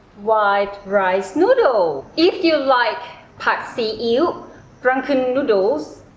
wide rice noodles. if you like pad see ew drunken noodles,